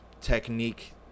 technique